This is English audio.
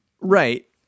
Right